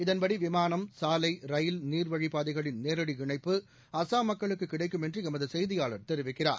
இதன்படி விமானம் சாலை ரயில் நீர்வழிப்பாதைகளின் நேரடி இணைப்பு அஸ்ஸாம் மக்களுக்கு கிடைக்கும் என்று எமது செய்தியாளர் தெரிவிக்கிறார்